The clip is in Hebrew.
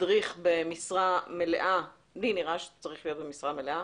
מדריך במשרה מלאה לי נראה שצריך להיות במשרה מלאה